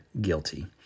guilty